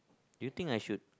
do you think I should